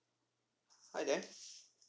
are you there